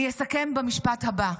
אני אסכם במשפט הבא: